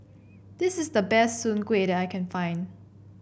this is the best Soon Kuih that I can find